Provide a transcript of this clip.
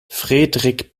fredrik